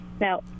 now